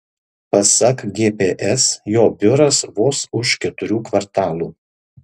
pasak gps jo biuras vos už keturių kvartalų